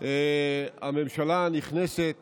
הממשלה הנכנסת